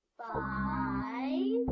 five